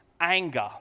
anger